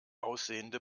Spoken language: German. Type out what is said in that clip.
aussehende